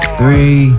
three